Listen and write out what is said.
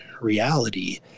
reality